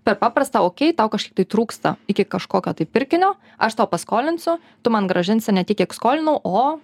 per paprastą okei tau kažkiek tai trūksta iki kažkokio tai pirkinio aš tau paskolinsiu tu man grąžinsi ne tik kiek skolinau o